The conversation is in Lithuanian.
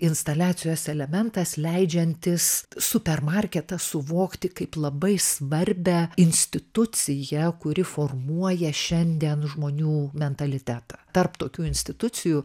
instaliacijos elementas leidžiantis super marketą suvokti kaip labai svarbią instituciją kuri formuoja šiandien žmonių mentalitetą tarp tokių institucijų